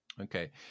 Okay